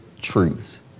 truths